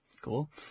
Cool